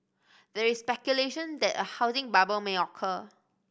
there is speculation that a housing bubble may occur